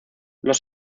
los